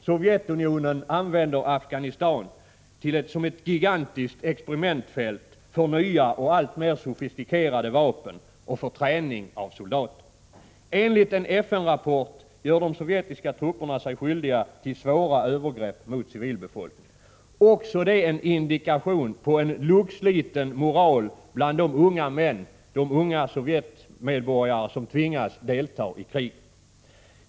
Sovjetunionen använder Afghanistan som ett gigantiskt experimentfält för nya och alltmer sofistikerade vapen och för träning av soldater. Enligt en FN-rapport gör de sovjetiska trupperna sig skyldiga till svåra övergrepp mot civilbefolkningen — också det en indikation på en luggsliten moral bland de unga Sovjetmedborgare som tvingas delta i kriget.